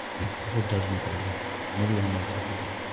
yeah, that's what judgment day is when everyone wakes up again.